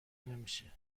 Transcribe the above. نمیشه